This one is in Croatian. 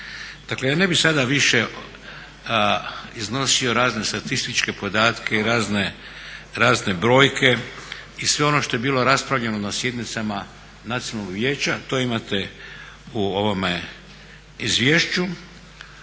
Dakle, ja ne bih sada više iznosio razne statističke podatke i razne brojke i sve ono što je bilo raspravljano na sjednicama Nacionalnog vijeća, to imate u ovome izvješću.